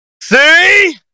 See